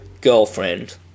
girlfriend